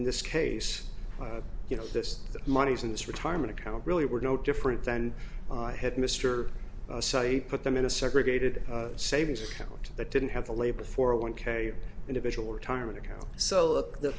in this case you know this money's in this retirement account really were no different than i had mr say put them in a segregated savings account that didn't have a label for one k individual retirement account so the